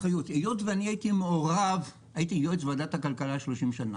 היות ואני הייתי מעורב הייתי יועץ ועדת הכלכלה 30 שנה,